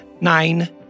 nine